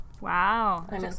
Wow